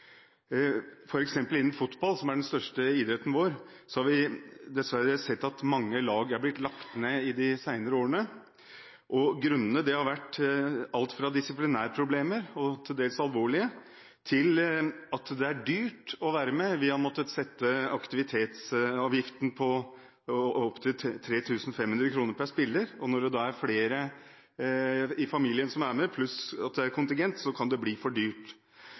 eksempel innen fotball, som er den største idretten vår, har vi dessverre sett at mange lag har blitt lagt ned de senere årene. Grunnene har vært alt fra disiplinærproblemer – til dels alvorlige – til at det er dyrt å være med. Vi har måttet sette aktivitetsavgiften på opp til 3 500 kr per spiller. Når det da er flere i familien som er med, pluss kontingent, kan det bli for dyrt.